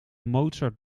mozart